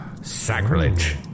Sacrilege